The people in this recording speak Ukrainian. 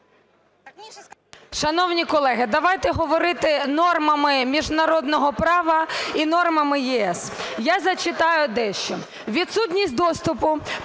Шановні колеги, давайте говорити нормами міжнародного права і нормами ЄС. Я зачитаю дещо.